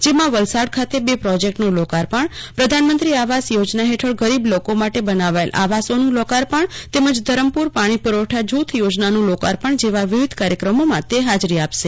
જેમાં વલસાડ ખાતે બે પ્રોજેકટનું લોકાર્પણ પ્રધાનમંત્રી આવાસ યોજના હેઠળ ગરીબ લોકો માટે બનાવાયેલા આવાસોનું લોકાર્પણ તેમજ ધરમપુર પાણી પુરવઠા જુથ યોજનાનું લોકાર્પણ જેવા વિવિધ કાર્યક્રમોમાં હાજરી આપશે